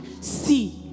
See